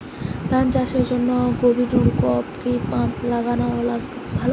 ধান চাষের জন্য গভিরনলকুপ কি পাম্প লাগালে ভালো?